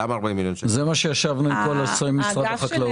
זה מה שקבענו עם אנשי משרד החקלאות.